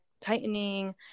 tightening